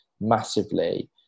massively